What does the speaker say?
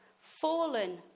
Fallen